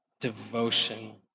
devotion